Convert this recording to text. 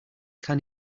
can